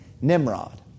Nimrod